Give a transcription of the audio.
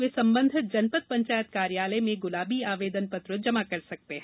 वे संबंधित जनपद पंचायत कार्यालय में गुलाबी आवेदन जमा करने होंगे